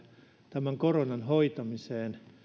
tämän koronan hoitamiseen